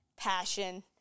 passion